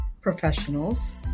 professionals